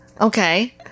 okay